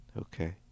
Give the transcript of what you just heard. okay